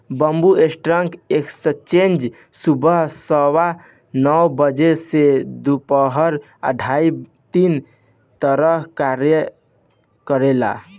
Bombay stock exchange सुबह सवा नौ बजे से दूपहरिया साढ़े तीन तक कार्य करेला